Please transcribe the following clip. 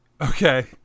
okay